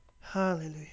Hallelujah